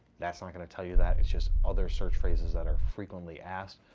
that's not going to tell you that. it's just other search phrases that are frequently asked,